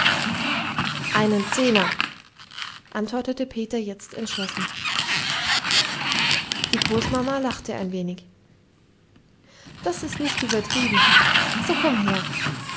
einen zehner antwortete peter jetzt entschlossen die großmama lachte ein wenig das ist nicht übertrieben so komm her